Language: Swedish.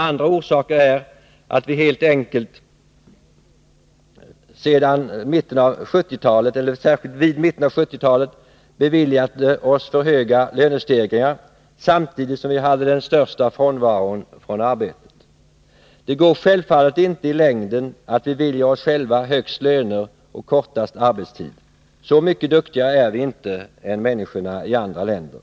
Andra orsaker är att vi helt enkelt vid mitten av 1970-talet beviljade oss för höga lönestegringar samtidigt som vi hade den största frånvaron från arbetet. Det går självfallet inte i längden att bevilja oss själva högsta löner och kortaste arbetstid. Så mycket duktigare är vi inte än människorna i andra länder.